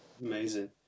Amazing